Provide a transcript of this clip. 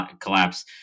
collapse